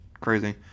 crazy